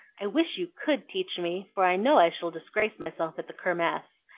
i wish you could teach me, for i know i shall disgrace myself at the kirmess.